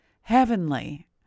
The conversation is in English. heavenly